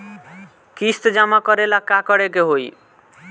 किस्त जमा करे ला का करे के होई?